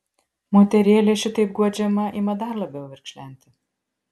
moterėlė šitaip guodžiama ima dar labiau verkšlenti